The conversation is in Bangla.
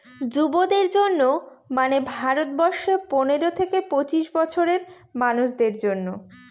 যুবদের জন্য মানে ভারত বর্ষে পনেরো থেকে পঁচিশ বছরের মানুষদের জন্য